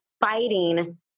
fighting